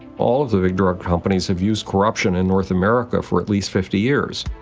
all of the big drug companies have used corruption in north america for at least fifty years.